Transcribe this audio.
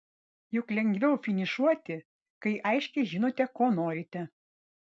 juk lengviau finišuoti kai aiškiai žinote ko norite